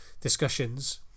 discussions